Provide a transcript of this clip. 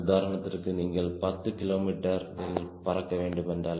உதாரணத்திற்கு நீங்கள் 10 கிலோமீட்டரில் பறக்க வேண்டுமென்றால்